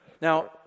Now